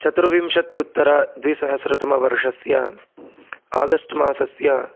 चतुर्विंशत्युत्तरद्विसहस्रतमवर्षस्य August मासस्य